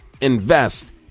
invest